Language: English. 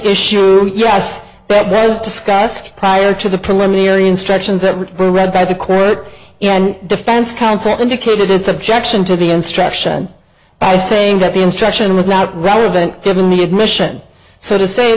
issue yes but that was discussed prior to the preliminary instructions that were read by the court and defense counsel indicated it's objection to the instruction i saying that the instruction was not relevant given the admission so to say